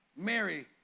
Mary